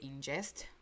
ingest